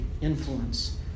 influence